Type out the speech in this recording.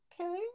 okay